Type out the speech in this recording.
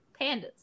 Pandas